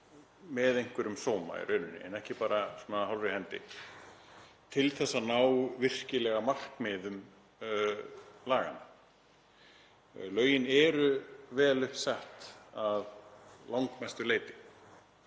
með einhverjum sóma, en ekki bara af hálfum hug, til þess að ná virkilega markmiðum laganna. Lögin eru vel upp sett að langmestu leyti.